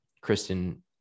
Kristen